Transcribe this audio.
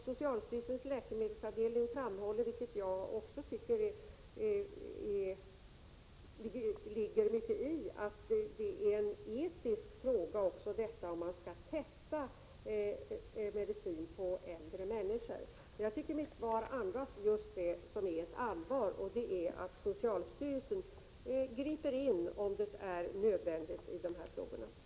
Socialstyrelsens läkemedelsavdelning framhåller — även jag tycker att det ligger mycket i det — att det är en etisk fråga om man skall testa medicin på äldre människor. Jag anser att mitt svar uttrycker just allvaret, nämligen att socialstyrelsen griper in i de här frågorna, om det är nödvändigt.